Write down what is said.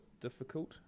difficult